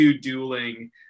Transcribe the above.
dueling